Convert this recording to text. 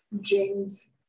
James